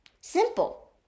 Simple